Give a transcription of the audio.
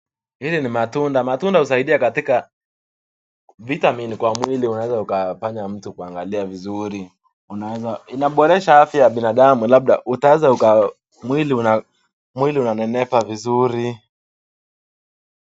Hii ni matunda. Matunda usaidia katika vitamin ,(cs), kwa mwili unaweza ukafanya mtu kuangalia vizuri. Inaboresha afya ya binadamu labda utaweza ukaa, mwili unanenepa vizuri .